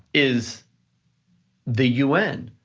is the un,